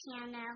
piano